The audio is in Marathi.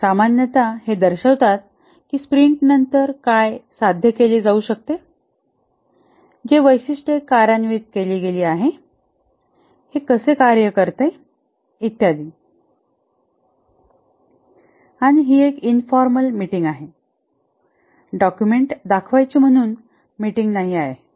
सामान्यत हे दर्शवितात की स्प्रिंटनंतर काय साध्य केले जाऊ शकते जे वैशिष्ट्ये कार्यान्वित केली गेली आहे हे कसे कार्य करते इत्यादी आणि ही एक इन्फॉर्मल मीटिंग आहे डॉक्युमेंट दाखवायची म्हणून मीटिंग नाही आहे